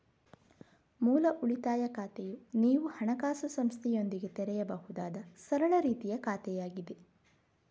ಮೂಲ ಉಳಿತಾಯ ಖಾತೆಯು ನೀವು ಹಣಕಾಸು ಸಂಸ್ಥೆಯೊಂದಿಗೆ ತೆರೆಯಬಹುದಾದ ಸರಳ ರೀತಿಯ ಖಾತೆಯಾಗಿದೆ